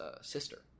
sister